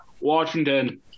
Washington